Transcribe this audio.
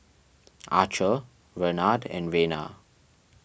Archer Renard and Rena